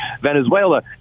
Venezuela